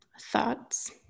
thoughts